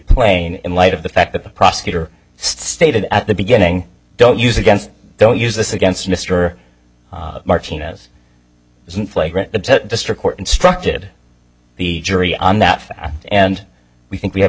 playing in light of the fact that the prosecutor stated at the beginning don't use against don't use this against mr martinez isn't flagrant the district court instructed the jury on that fact and we think we have